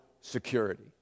security